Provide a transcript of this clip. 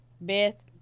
beth